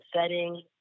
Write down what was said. setting